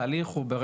התהליך הוא כזה,